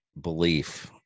belief